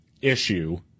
issue